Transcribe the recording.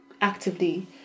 actively